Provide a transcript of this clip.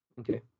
Okay